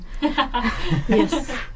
Yes